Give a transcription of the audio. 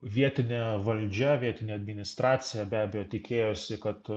vietine valdžia vietinė administracija be abejo tikėjosi kad